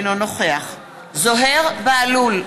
אינו נוכח זוהיר בהלול,